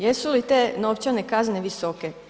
Jesu li te novčane kazne visoke?